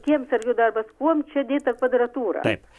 dalia tik kiemsargių darbas kuom čia dėta kvadratūra